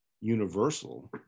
universal